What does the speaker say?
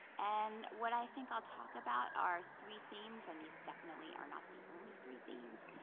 and what i think i'll talk about are three themes, and these definitely are not the only three themes,